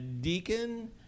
deacon